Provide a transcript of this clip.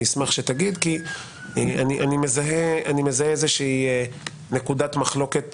אני אשמח שתגיד כי אני מזהה איזושהי נקודת מחלוקת